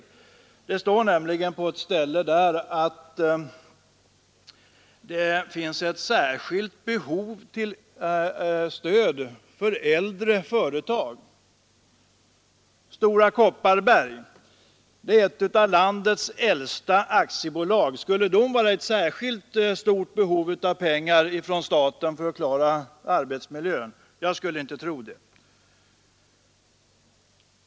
I reservationen står nämligen att det finns ett särskilt behov av stöd till äldre företag. Stora Kopparberg är ett av landets äldsta aktiebolag. Skulle detta företag vara i särskilt behov av pengar från staten för att klara arbetsmiljön? Jag skulle inte tro det.